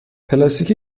پلاستیک